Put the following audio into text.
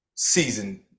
Season